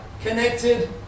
connected